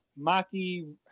Maki